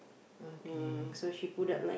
okay